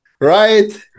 Right